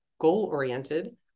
goal-oriented